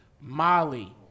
Molly